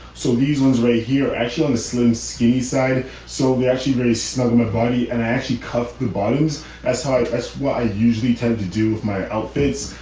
so these ones right here actually on a slim, skinny side. so we actually very snuggled my body and i actually cut the bottoms as hard as what i usually tend to do with my outfits.